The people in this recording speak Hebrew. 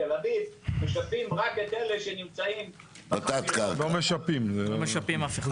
בתל-אביב משפים רק את אלה שנמצאים -- לא משפים אף אחד.